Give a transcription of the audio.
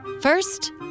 First